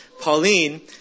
Pauline